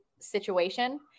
Situation